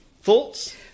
Thoughts